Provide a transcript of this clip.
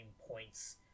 points